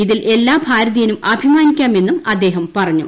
ഇതിൽ എല്ലാ ഭാരതീയനും അഭിമാനിക്കാം എന്നും അദ്ദേഹം പറഞ്ഞു